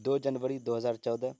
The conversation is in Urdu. دو جنوری دو ہزار چودہ